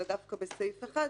אלא דווקא בסעיף 1,